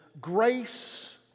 grace